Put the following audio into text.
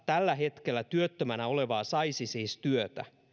tällä hetkellä työttömänä olevaa saisi siis työtä